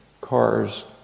cars